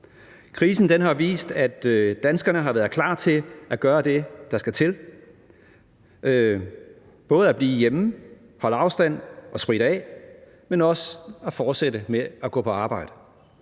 Krisen har jo vist, at danskerne har været klar til at gøre det, der skal til, både at blive hjemme, holde afstand og spritte af, men også at fortsætte med at gå på arbejde,